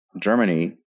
Germany